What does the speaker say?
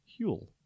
Huel